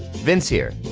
vince here.